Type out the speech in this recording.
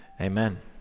amen